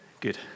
Good